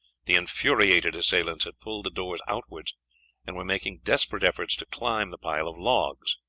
the infuriated assailants had pulled the doors outwards and were making desperate efforts to climb the pile of logs.